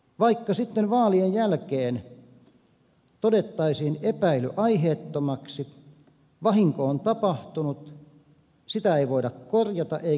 vaikka sitten vaalien jälkeen todettaisiin epäily aiheettomaksi vahinko on tapahtunut sitä ei voida korjata eikä korvata